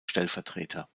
stellvertreter